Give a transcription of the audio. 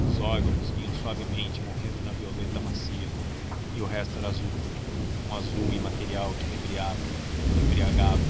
os órgãos vinham suavemente morrendo na violeta macia e o resto era azul um azul imaterial que inebriava embriagava